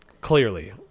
clearly